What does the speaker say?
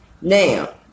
Now